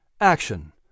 Action